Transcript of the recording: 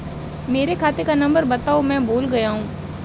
मेरे खाते का नंबर बताओ मैं भूल गया हूं